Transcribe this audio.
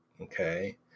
okay